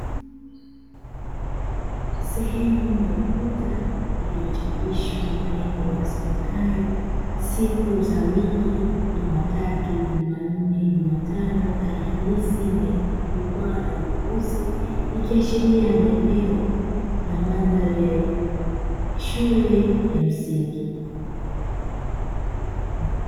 Sehemu ya ukuta iliyochapishwa maneno yasomekayo siku za wiki, Jumatatu, Jumanne, Jumatano, Alhamisi, Ijumaa na Jumamosi, ikiashiria ni eneo la mandhari ya shule ya msingi.